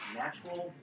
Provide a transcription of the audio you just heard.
natural